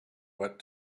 what